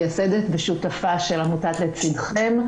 מייסדת ושותפה של עמותת "לצדכם".